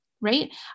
Right